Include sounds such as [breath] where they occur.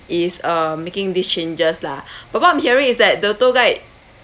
is uh making these changes lah [breath] but what I'm hearing is that the tour guide